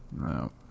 No